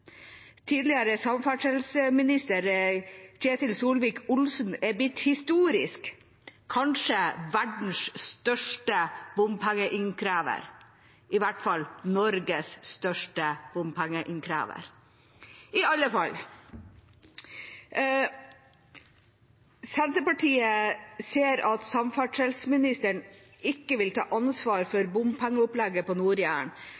tidligere samferdselsminister Ketil Solvik-Olsen er blitt historisk som kanskje verdens største bompengeinnkrever – i hvert fall Norges største bompengeinnkrever. Senterpartiet ser at samferdselsministeren ikke vil ta ansvar for bompengeopplegget på